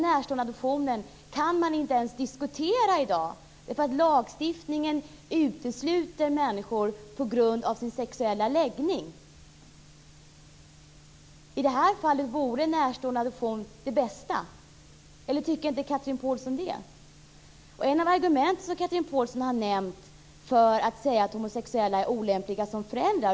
Närståendeadoption kan man i dag inte ens diskutera därför att lagstiftningen utesluter människor just på grund av deras sexuella läggning. I det här fallet vore närståendeadoption det bästa. Tycker inte Chatrine Pålsson också det? Chatrine Pålsson har anfört argument när det gäller detta med att homosexuella är olämpliga som föräldrar.